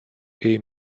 est